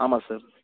ஆமாம் சார்